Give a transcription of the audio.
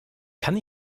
kann